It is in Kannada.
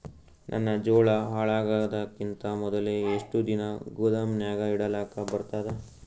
ನನ್ನ ಜೋಳಾ ಹಾಳಾಗದಕ್ಕಿಂತ ಮೊದಲೇ ಎಷ್ಟು ದಿನ ಗೊದಾಮನ್ಯಾಗ ಇಡಲಕ ಬರ್ತಾದ?